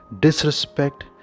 disrespect